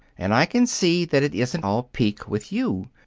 and i can see that it isn't all pique with you.